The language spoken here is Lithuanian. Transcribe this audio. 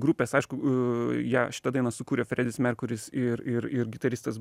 grupės aišku ją šitą dainą sukūrė fredis merkuris ir ir ir gitaristas